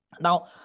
now